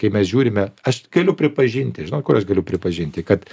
kai mes žiūrime aš galiu pripažinti žinot kur aš galiu pripažinti kad